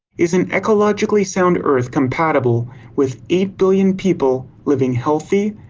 is an ecologically sound earth compatible with eight billion people living healthy,